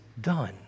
done